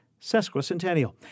sesquicentennial